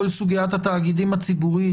סוגיית התאגידים הציבוריים.